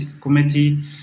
committee